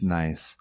nice